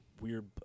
weird